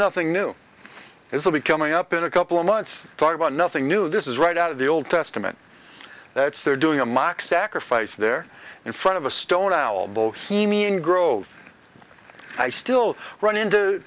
nothing new it will be coming up in a couple of months talk about nothing new this is right out of the old testament that's they're doing a mock sacrifice there in front of a stone elbow growth i still run into